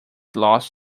lost